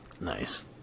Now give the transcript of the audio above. nice